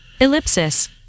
ellipsis